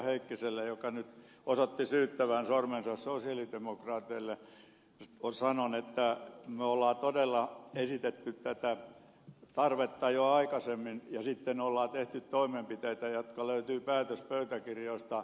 heikkiselle joka nyt osoitti syyttävän sormensa sosialidemokraatteihin sanon että me olemme todella esittäneet tätä tarvetta jo aikaisemmin ja sitten olemme tehneet toimenpiteitä jotka löytyvät päätöspöytäkirjoista